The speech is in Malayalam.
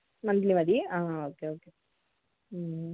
മന്ത്ലി മതി ആ ആ ഓക്കെ ഓക്കെ